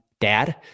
dad